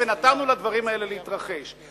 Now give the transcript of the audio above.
ונתנו לדברים האלה להתרחש?